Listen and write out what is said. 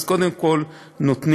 אז קודם כול נותנים